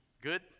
good